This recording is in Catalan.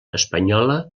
espanyola